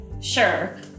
sure